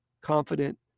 confident